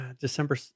December